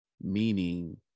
meaning